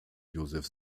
josef